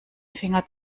finger